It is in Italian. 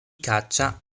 caccia